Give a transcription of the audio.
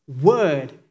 word